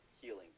healing